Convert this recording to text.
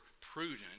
prudent